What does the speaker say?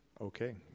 Okay